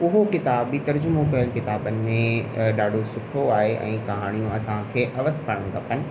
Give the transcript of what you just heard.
उहो किताब बि तर्जुमो कयल किताबनि में ॾाढो सुठो आहे ऐं कहाणियूं असांखे अवस करण खपनि